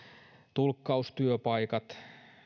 tulkkaustyöpaikat